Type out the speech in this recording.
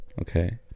Okay